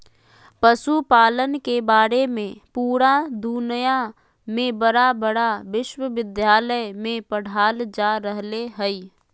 पशुपालन के बारे में पुरा दुनया में बड़ा बड़ा विश्विद्यालय में पढ़ाल जा रहले हइ